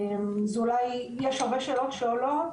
יש הרבה שאלות שעולות,